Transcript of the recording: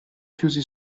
chiusi